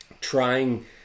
trying